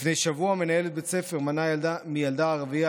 לפני שבוע מנהלת בית ספר מנעה מילדה ערבייה